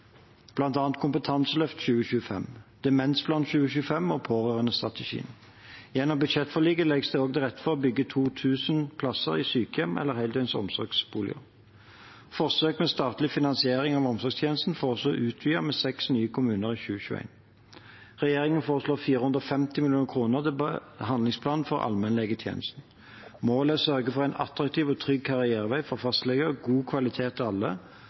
Kompetanseløft 2025, Demensplan 2025 og pårørendestrategien. Gjennom budsjettforliket legges det også til rette for å bygge 2 000 plasser i sykehjem eller heldøgns omsorgsboliger. Forsøket med statlig finansiering av omsorgstjenesten foreslås utvidet med seks nye kommuner i 2021. Regjeringen foreslår 450 mill. kr til handlingsplan for allmennlegetjenesten. Målet er å sørge for en attraktiv og trygg karrierevei for fastleger, god kvalitet til alle